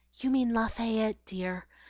you mean lafayette, dear,